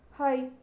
Hi